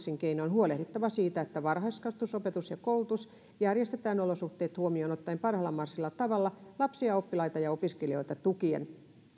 huolehdittava siitä että varhaiskasvatus opetus ja koulutus järjestetään olosuhteet huomioon ottaen parhaalla mahdollisella tavalla lapsia oppilaita ja opiskelijoita tukien